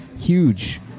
huge